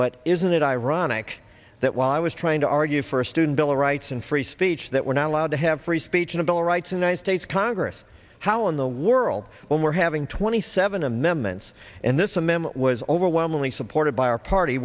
but isn't it ironic that while i was trying to argue for a student bill of rights and free speech that we're not allowed to have free speech and a bill of rights in one states congress how in the world when we're having twenty seven amendments and this a memo was overwhelmingly supported by our party